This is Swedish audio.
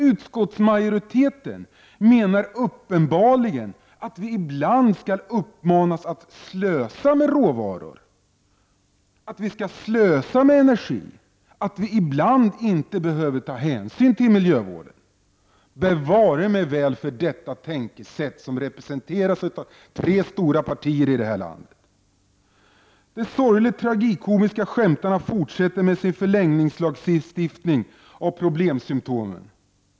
Utskottsmajoriteten menar uppenbarligen att vi ibland skall uppmanas att slösa med råvaror, att vi skall slösa med energi eller att vi ibland inte behöver ta hänsyn till miljövården. Bevare mig väl för detta tänkesätt, som representeras av tre stora partier i detta land! De sorgligt tragikomiska skämtarna fortsätter med sin förlängningslagstiftning för problemsymptomen.